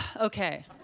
Okay